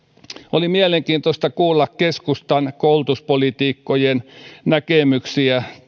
oli mielenkiintoista kuulla keskustan koulutuspoliitikkojen näkemyksiä